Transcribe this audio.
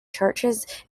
churches